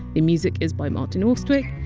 the music is by martin austwick.